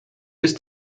ist